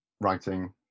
writing